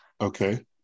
Okay